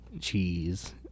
cheese